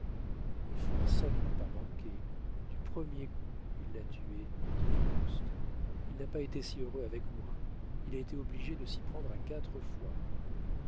le forçat ne l'a pas manqué du premier coup il l'a tué dit auguste il n'a pas été si heureux avec moi il a été obligé de s'y prendre à quatre fois